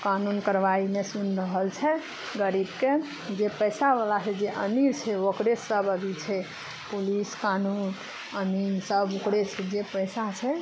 कानून करबाइ नहि सुनि रहल छै गरीबके जे पैसाबला छै जे अनी छै ओकरे सब अभी छै पुलिस कानून अनीम सब ओकरे से जे पैसा छै